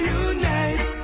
unite